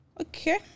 Okay